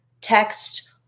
text